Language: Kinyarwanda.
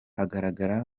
agaragara